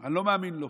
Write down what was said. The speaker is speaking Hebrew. אני לא מאמין לו.